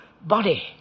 body